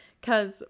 Because-